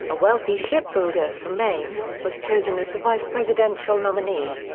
a wealthy shipbuilder from maine, was chosen as the vice-presidential nominee.